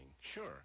Sure